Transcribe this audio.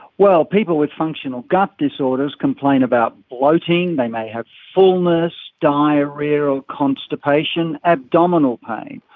well, people with functional gut disorders complain about bloating, they may have fullness, diarrhoea or constipation, abdominal pain.